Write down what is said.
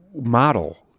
model